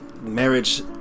marriage